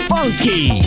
Funky